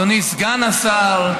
אדוני סגן השר,